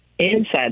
inside